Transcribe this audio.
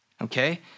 Okay